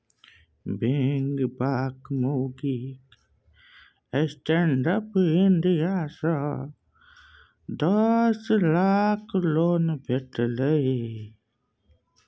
बेंगबाक माउगीक stand up India सँ दस लाखक लोन भेटलनि